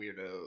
Weirdo